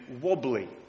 wobbly